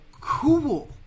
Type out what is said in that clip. cool